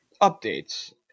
updates